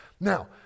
now